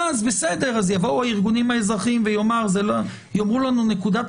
אז יבואו הארגונים האזרחיים ויאמרו לנו שנקודת